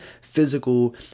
physical